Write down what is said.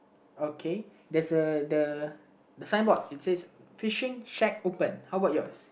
okay there's a the the sign board it says fishing shag open how about yours